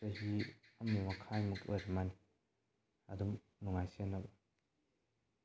ꯆꯍꯤ ꯑꯃ ꯃꯈꯥꯏꯃꯨꯛ ꯑꯗꯨꯃꯥꯏꯅ ꯑꯗꯨꯝ ꯅꯨꯡꯉꯥꯏ ꯁꯤꯖꯤꯟꯅꯕ